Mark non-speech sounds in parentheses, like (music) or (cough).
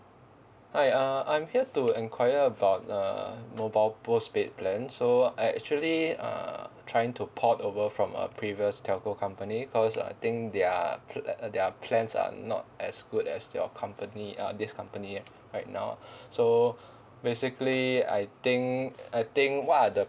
hi uh I'm here to enquire about the mobile postpaid plan so I actually uh trying to port over from a previous telco company cause I think they are p~ their plans are not as good as your company uh this company right now (breath) so basically I think I think what are the